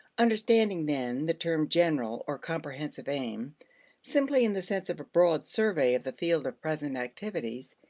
understanding then the term general or comprehensive aim simply in the sense of a broad survey of the field of present activities,